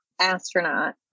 Astronaut